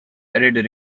edited